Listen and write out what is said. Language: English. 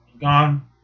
gone